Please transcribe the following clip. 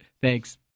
thanks